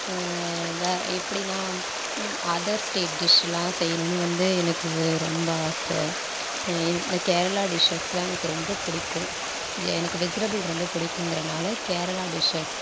வே எப்படினா other state டிஷ்லாம் செய்யணுன்னு வந்து எனக்கு ரொம்ப ஆசை இந் இந்த கேரளா டிஷ்ஷஸ்லாம் எனக்கு ரொம்ப பிடிக்கும் எனக்கு வெஜிடபுள் ரொம்ப பிடிக்குங்கிறனால கேரளா டிஷ்ஷஸ்